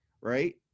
right